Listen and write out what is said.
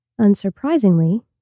Unsurprisingly